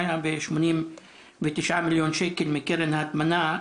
189 מיליון שקלים מקרן ההטמנה,